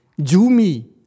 Jumi